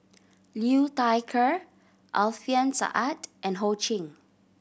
Liu Thai Ker Alfian Sa'at and Ho Ching